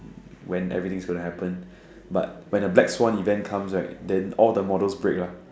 when everything is gonna happen but when the black Swan event comes right then all the models break lah